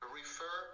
refer